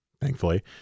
thankfully